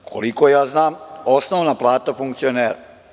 Koliko ja znam osnovna plata funkcionera.